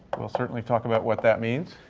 certainly talk about what that means.